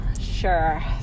Sure